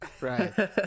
Right